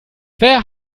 wer